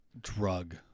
drug